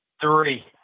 Three